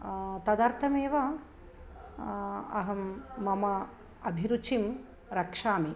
तदर्थमेव अहं मम अभिरुचिं रक्षामि